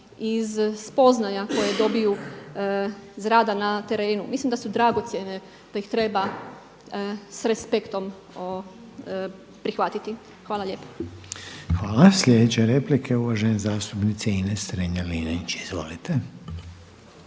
iz spoznaja koje dobiju iz rada na terenu. Mislim da su dragocjene, da ih treba s respektom prihvatiti. Hvala lijepa. **Reiner, Željko (HDZ)** Hvala. Slijedeća replika je uvažene zastupnice Ines Strenja-Linić. Izvolite.